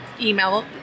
email